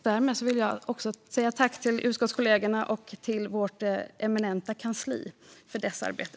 Därmed vill jag säga tack till utskottskollegorna och till vårt eminenta kansli för deras arbete.